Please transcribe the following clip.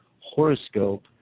Horoscope